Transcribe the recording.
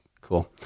Cool